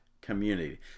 community